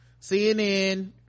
cnn